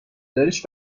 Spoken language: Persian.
دارش